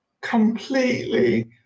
Completely